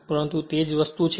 પરંતુ તે જ વસ્તુ છે